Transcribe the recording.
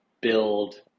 build